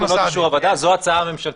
זו ההצעה הממשלתית.